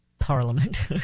Parliament